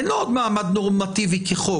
אין לו עוד מעמד נורמטיבי כחוק.